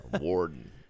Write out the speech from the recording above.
Warden